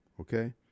okay